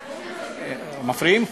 מפריעים.